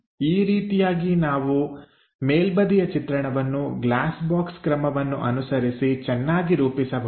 ಈ ರೀತಿಯಾಗಿ ನಾವು ಮೇಲ್ಬದಿಯ ಚಿತ್ರಣವನ್ನು ಗ್ಲಾಸ್ ಬಾಕ್ಸ್ ಕ್ರಮವನ್ನು ಅನುಸರಿಸಿ ಚೆನ್ನಾಗಿ ರೂಪಿಸಬಹುದು